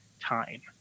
time